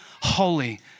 holy